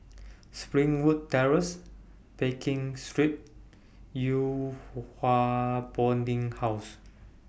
Springwood Terrace Pekin Street Yew Hua Boarding House